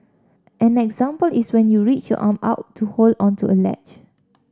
an example is when you reach arm out to hold onto a ledge